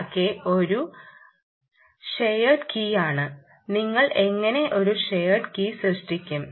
IRK ഒരു shared കീയാണ് നിങ്ങൾ എങ്ങനെ ഒരു ഷെയേർഡ് കീ സൃഷ്ടിക്കും